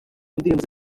ndirimbo